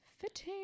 fitting